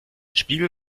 spiegel